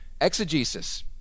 Exegesis